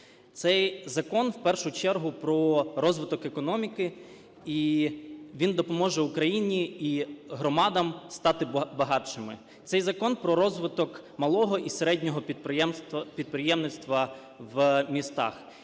Цей закон, в першу чергу, про розвиток економіки, і він допоможе Україні і громадам стати багатшими. Цей закон про розвиток малого і середнього підприємництва в містах.